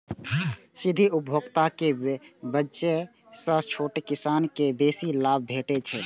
सीधे उपभोक्ता के बेचय सं छोट किसान कें बेसी लाभ भेटै छै